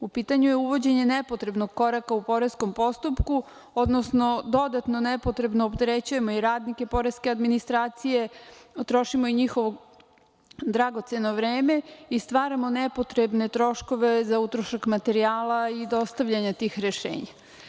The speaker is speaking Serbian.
U pitanju je uvođenje nepotrebnog koraka u poreskom postupku, odnosno dodatno nepotrebno opterećujemo i radnike poreske administracije, trošimo i njihovo dragoceno vreme i stvaramo nepotrebne troškove za utrošak materijala i dostavljanje tih rešenja.